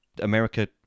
America